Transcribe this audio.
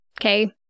okay